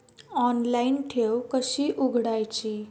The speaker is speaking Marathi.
ऑनलाइन ठेव कशी उघडायची?